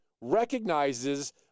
recognizes